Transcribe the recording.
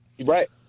Right